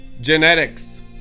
genetics